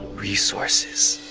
resources.